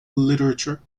literature